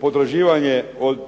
potraživanje od